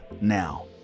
now